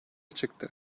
çıktı